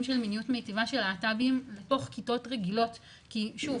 של מיניות מיטיבה של להט"בים לתוך כיתות רגילות כי שוב,